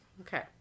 Okay